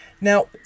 Now